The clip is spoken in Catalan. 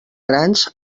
grans